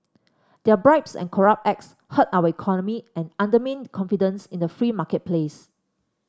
their bribes and corrupt acts hurt our economy and undermine confidence in the free marketplace